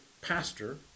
pastor